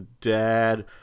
dad